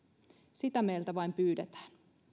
sitä meiltä vain pyydetään